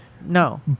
No